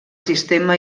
sistema